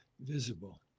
visible